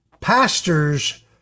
pastors